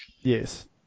Yes